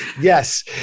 Yes